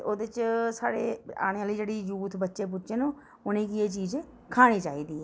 ते ओह्दे च साढ़े आने आह्ले जेह्ड़े यूथ बच्चे बुच्चे न उ'नेंगी एह् चीज खानी चाहिदी ऐ